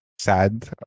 sad